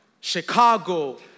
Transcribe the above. Chicago